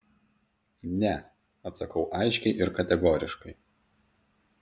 ne atsakau aiškiai ir kategoriškai